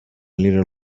little